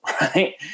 Right